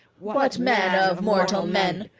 what man of mortal men,